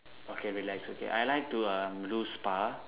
okay relax okay I like to um do spa